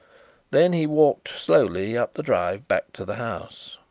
then he walked slowly up the drive back to the house.